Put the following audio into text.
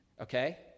Okay